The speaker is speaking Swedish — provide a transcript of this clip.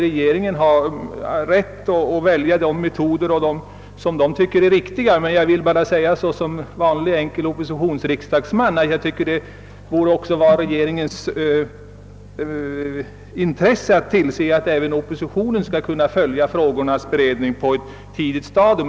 Regeringen har naturligtvis rätt att välja de metoder som den anser riktiga, men som vanlig enkel oppositionsriksdagsman vill jag framhålla att det borde ligga i regeringens intresse att se till att även oppositionen får möjlighet att följa frågornas beredning på ett tidigt stadium.